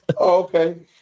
okay